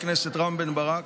חבר הכנסת רם בן ברק.